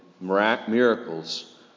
miracles